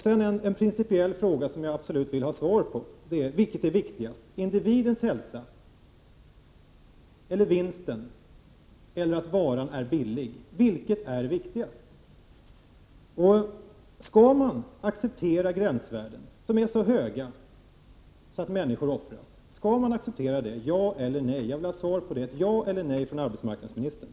Sedan en principiell fråga som jag absolut vill ha svar på: Vilket är viktigast —- individens hälsa, vinsten eller att varan är billig? Vilket är viktigast? Skall man acceptera gränsvärden som är så höga att människor offras? Svara ja eller nej. Jag vill ha ett svar från arbetsmarknadsministern.